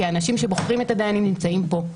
כי האנשים שבוחרים את הדיינים נמצאים פה.